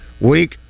week